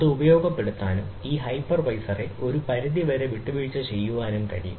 അത് ഉപയോഗപ്പെടുത്താനും ഈ ഹൈപ്പർവൈസറെ ഒരു പരിധിവരെ വിട്ടുവീഴ്ച ചെയ്യാനും കഴിയും